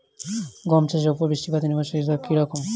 গম চাষের উপর বৃষ্টিপাতে নির্ভরশীলতা কী রকম?